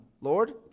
Lord